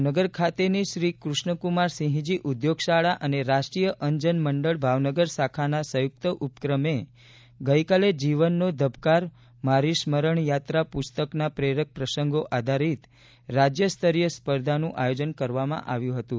ભાવનગર ખાતેની શ્રી કૃષ્ણકુમારસિંહજી ઉદ્યોગશાળા અને રાષ્ટ્રીય અંધજન મંડળ ભાવનગર શાખાના સંયુક્ત ઉપક્રમે ગઇકાલે જીવનનો ધબકાર મારી સ્મરણ યાત્રા પુસ્તકના પ્રેરક પ્રસંગો આધારીત રાજ્ય સ્તરીય સ્પર્ધાનું આયોજન કરવામાં આવ્યું હતું